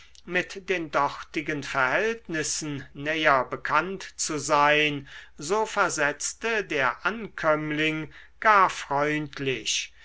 mit den dortigen verhältnissen näher bekannt zu sein so versetzte der ankömmling gar freundlich